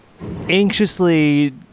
anxiously